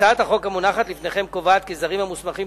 הצעת החוק המונחת לפניכם קובעת כי זרים, המוסמכים